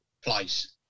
place